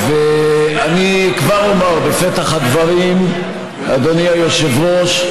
ואני כבר אומר בפתח הדברים, אדוני היושב-ראש,